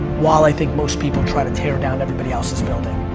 while i think most people try to tear down everybody else's building.